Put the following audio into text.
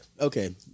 Okay